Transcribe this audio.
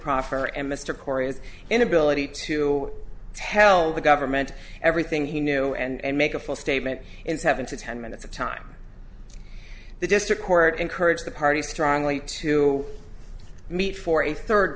proffer and mr corey's inability to tell the government everything he knew and make a full statement in seven to ten minutes of time the district court encouraged the parties strongly to meet for a third